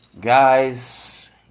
Guys